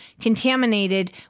contaminated